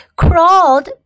crawled